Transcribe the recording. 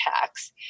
tax